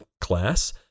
class